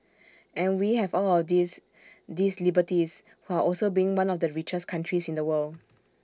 and we have all of these these liberties while also being one of the richest countries in the world